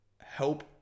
help